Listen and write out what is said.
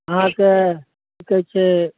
अहाँके की कहै छै